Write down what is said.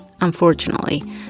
Unfortunately